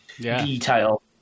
detail